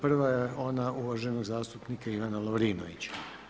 Prva je ona uvaženog zastupnika Ivana Lovrinovića.